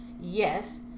Yes